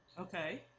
okay